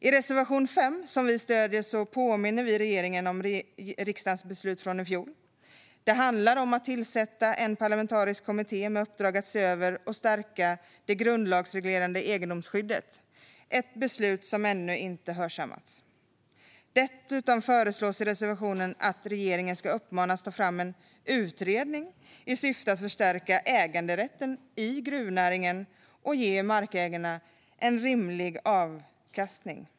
I reservation 5, som vi stöder, påminner vi regeringen om riksdagens beslut från i fjol. Det handlar om att tillsätta en parlamentarisk kommitté med uppdrag att se över och stärka det grundlagsreglerade egendomsskyddet - ett beslut som ännu inte har hörsammats. Dessutom föreslås i reservationen att regeringen ska uppmanas att ta fram en utredning med syfte att förstärka äganderätten i gruvnäringen och ge markägarna rimlig avkastning.